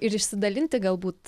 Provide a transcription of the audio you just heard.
ir išsidalinti galbūt